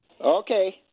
Okay